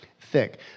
thick